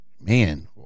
man